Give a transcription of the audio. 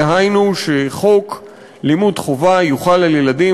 דהיינו שחוק לימוד חובה יוחל על ילדים